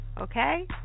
Okay